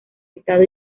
estado